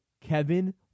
Kevin